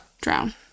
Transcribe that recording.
Drown